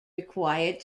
required